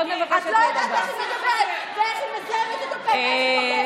את לא יודעת איך היא מדברת ואיך היא